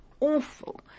Awful